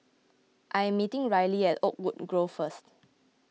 I am meeting Rylee at Oakwood Grove first